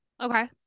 Okay